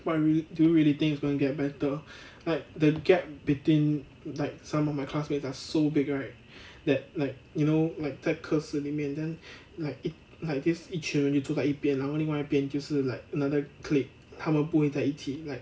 what really do you really think it's going to get better like the gap between like some of my classmates are so big right that like you know like 在课室里面 then like 一 like this 一群人就坐在一边然后另外一边就是 like another clique 他们不会在一起 like